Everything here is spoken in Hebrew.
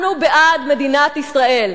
אנחנו בעד מדינת ישראל.